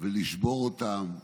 ולשבור אותם,